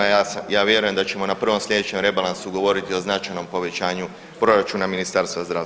Ja vjerujem da ćemo na prvom slijedećem Rebalansu govoriti o značajnom povećanju Proračuna Ministarstva zdravstva.